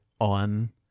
on